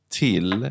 till